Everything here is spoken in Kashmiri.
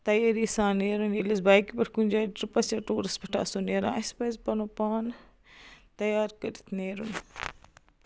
تَیٲری سان نیرُن ییٚلہِ أسۍ بایکہِ پٮ۪ٹھ کُنہِ جاے ٹرٛپس یا ٹیوٗرس پٮ۪ٹھ آسو نیران اَسہِ پَزِ پنُن پان تیار کٔرِتھ نیرُن